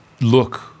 look